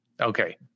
Okay